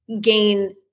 gain